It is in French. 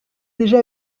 déjà